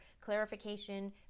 clarification